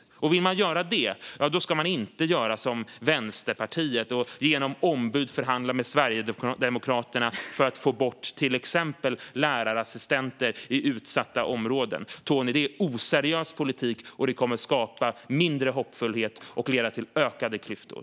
Om man vill göra det ska man inte göra som Vänsterpartiet och genom ombud förhandla med Sverigedemokraterna för att få bort till exempel lärarassistenter i utsatta områden. Det är oseriös politik, Tony, och det kommer att leda till mindre hoppfullhet och ökade klyftor.